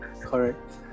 Correct